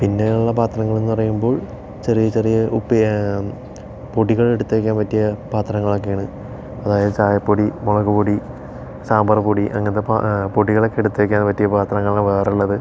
പിന്നെ ഉള്ള പാത്രങ്ങൾ എന്ന് പറയുമ്പോൾ ചെറിയ ചെറിയ ഉപ്പേ പൊടികൾ എടുത്ത് വയ്ക്കാൻ പറ്റിയ പാത്രങ്ങളൊക്കെയാണ് അതായത് ചായപ്പൊടി മുളക് പൊടി സാമ്പാർ പൊടി അങ്ങനത്തെ പൊടികൾ ഒക്കെ എടുത്ത് വെക്കാൻ പറ്റിയ പാത്രങ്ങളാണ് വേറെ ഉള്ളത്